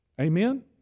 Amen